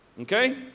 Okay